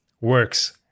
works